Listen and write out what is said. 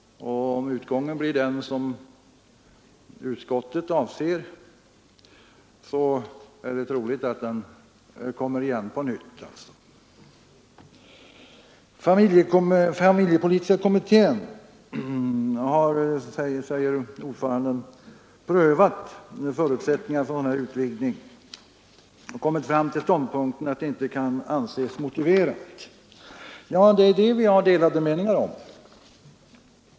Och om utgången av en omröstning blir den som utskottsmajoriteten avser är det troligt att den kommer igen på nytt. Familjepolitiska kommittén har, säger ordföranden, prövat förutsättningarna för en sådan här utvidgning och kommit fram till ståndpunkten att den inte kan anses motiverad. Det är det vi har delade meningar om.